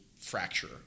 fracture